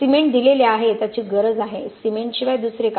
cement दिलेले आहे त्याची गरज आहे सिमेंटशिवाय दुसरे काय